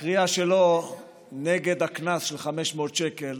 הקריאה שלו נגד הקנס של 500 שקל